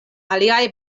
aliaj